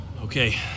Okay